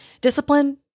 discipline